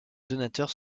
donateurs